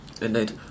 indeed